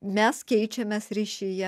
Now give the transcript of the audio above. mes keičiamės ryšyje